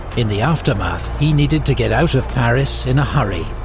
in the aftermath, he needed to get out of paris in a hurry.